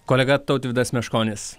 kolega tautvydas meškonis